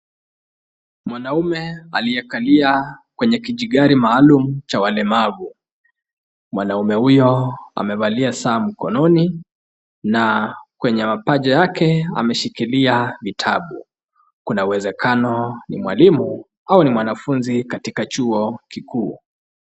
Mwanaume aliyekalia kwenye kijigari maalum cha walemavu. Mwanaume huyo amevalia saa mkononi na kwenye mapaja yake ameshikilia vitabu. Kuna uwezekano ni mwalimu au ni mwanafunzi katika chuo kikuu.